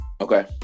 Okay